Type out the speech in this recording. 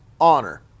honor